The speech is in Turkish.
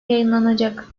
yayınlanacak